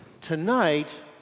tonight